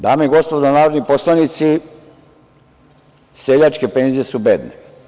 Dame i gospodo narodni poslanici, seljačke penzije su bedne.